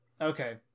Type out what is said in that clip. Okay